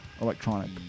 electronic